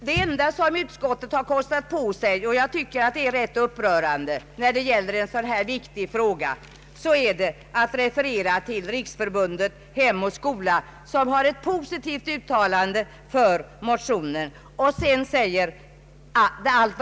Det enda utskottet har kostat på sig — och det tycker jag är rätt upprörande när det gäller en så viktig fråga som denna — är att referera till Riksförbundet Hem och skola, som gjort ett positivt uttalande för motionerna.